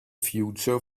future